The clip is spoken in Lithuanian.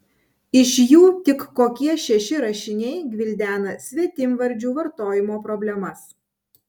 iš jų tik kokie šeši rašiniai gvildena svetimvardžių vartojimo problemas